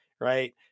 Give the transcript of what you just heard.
right